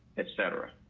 etc.